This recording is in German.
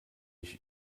ich